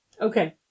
Okay